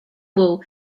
wool